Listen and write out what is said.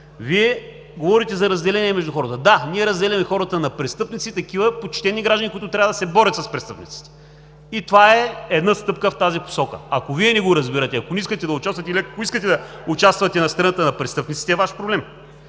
Вие говорите за разделение между хората – да, ние разделяме хората на престъпници и такива почтени граждани, които трябва да се борят с престъпниците, и това е една стъпка в тази посока. Ако Вие не го разбирате, ако не искате да участвате или ако искате да участвате на страната на престъпниците, си е Ваш проблем.